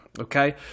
Okay